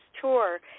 Tour